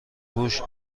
پوش